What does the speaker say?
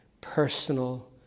personal